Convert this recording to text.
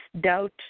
doubt